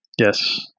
Yes